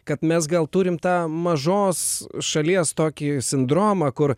kad mes gal turime tą mažos šalies tokį sindromą kur